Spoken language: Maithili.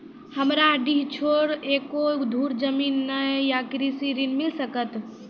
हमरा डीह छोर एको धुर जमीन न या कृषि ऋण मिल सकत?